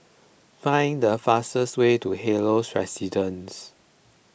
find the fastest way to Helios Residences